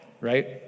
right